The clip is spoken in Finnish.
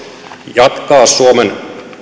jatkaa suomen